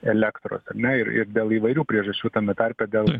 elektros na ir ir dėl įvairių priežasčių tame tarpe dėl